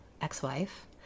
ex-wife